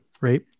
right